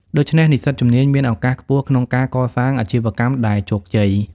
ដូច្នេះ និស្សិតជំនាញមានឱកាសខ្ពស់ក្នុងការកសាងអាជីវកម្មដែលជោគជ័យ។